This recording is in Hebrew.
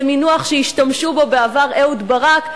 זה מינוח שהשתמש בו בעבר אהוד ברק.